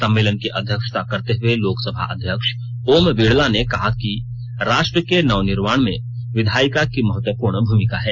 सम्मेलन की अध्यक्षता करते हुए लोकसभा अध्यक्ष ओम बिड़ला ने कहा कि राष्ट्र के नव निर्माण में विधायिका की मतहत्वपूर्ण भूमिका है